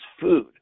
food